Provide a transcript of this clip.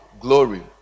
glory